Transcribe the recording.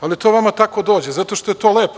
Ali to vama tako dođe, zato što je lepo.